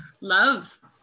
love